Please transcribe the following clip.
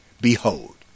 behold